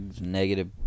negative